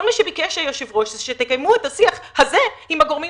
כל מה שביקש היושב-ראש זה שתקיימו את השיח הזה עם הגורמים